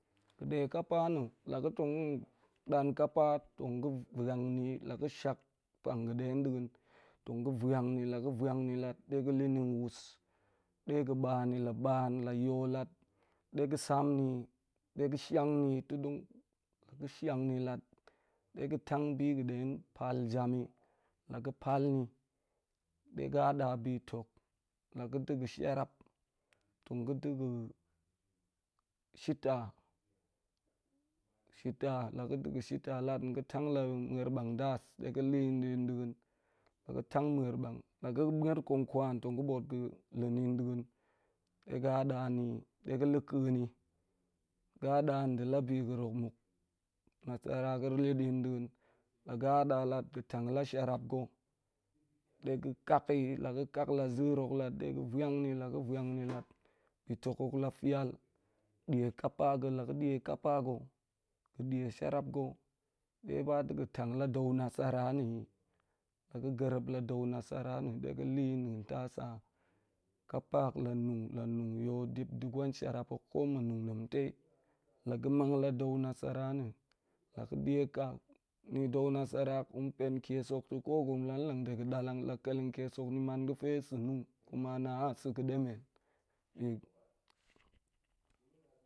Ga̱ ɗe kapa a na̱ la ga̱ tong ga̱n ɗan kapa tong ga̱n vwan ni, tong ga̱ shak pang ga̱ da̱ da̱a̱n tpng ga̱ van ni, la ga va̱an ni lat ɗe ga̱ le nin wus, de ga̱ ba̱a̱n ni, la baan, la yo lat, de ga̱ sam ni, ɗe ga̱ shi ang ni ta̱ dong, la ga̱ shiang ni lat ɗe ga̱ tang bi ga̱ ɗe pal jam yi, la ga̱ pal no, de ga̱ hada bi futuk. La ga̱ da̱ ga̱ sharap, tong ga̱ ɗe ga shita-shita la ga̱ da̱ ga shita lat, ga̱ tang la ma̱er ban das ɗe ga le yi da̱a̱n. La ga̱ tang ma̱er ban, la ga̱ ga̱ ma̱er konkwan tong ga̱ ba̱a̱t pa le na̱n da̱a̱n, ɗe ga̱ hada ni ɗe ga̱ le ken ni ga̱ hada ɗe la bi ga̱ rok muk nasara ga̱ le din da̱a̱n, la ga̱ hada lat ga̱ tang la sharap ga̱ ɗe ga̱ kak yi, la ga̱ kak la za̱r hok lat de ga̱ vwan ni. La ga̱ vwan ni lat, bi tuk hok la fial dla kapa ga̱ la ga̱ dla kapa ga̱ ga̱ dla sharap ga̱ de ba de ga̱ tanf la da̱u nasara ni yi, la ga̱ ga̱rep la daau nasara na̱, de ga̱ le yi da̱a̱n tasak kapa hok la nung, la nung yo dip ɗe gwen sharan hok, ko ma nung de la ga̱ mang la da̱u nasara na̱, la ga̱ dla ko gurum lan lang ɗe ga̱ dalang la keleng kias ni man ga̱fe sa̱ nung kuma na a sa̱ ga̱ demen bi